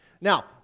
Now